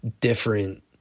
different